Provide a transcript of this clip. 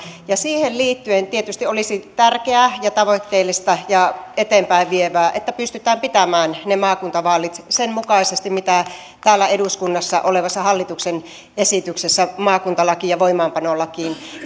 siihen liittyen tietysti olisi tärkeää ja tavoitteellista ja eteenpäinvievää että pystytään pitämään maakuntavaalit sen mukaisesti mitä täällä eduskunnassa olevassa hallituksen esityksessä maakuntalakiin ja voimaanpanolakiin